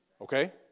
Okay